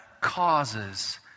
causes